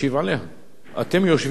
אתם יושבים שם בכל אופן.